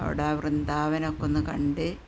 അവിടെ വൃന്ദാവനം ഒക്കെയൊന്നു കണ്ട്